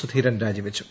സുധീരൻ രാജിവെച്ചു